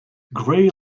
gray